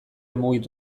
mugitu